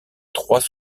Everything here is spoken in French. trois